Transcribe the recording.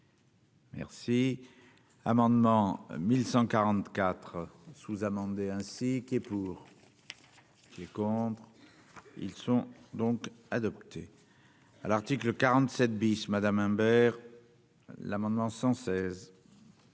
Merci, amendement 1144 sous-amendé ainsi. Qui est pour, qui est contre, ils sont donc adopté. à l'article 47 bis Madame Imbert, l'amendement 116.